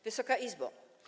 Wysoka Izbo!